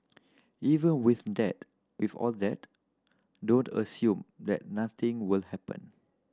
even with that if all that don't assume that nothing will happen